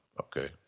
okay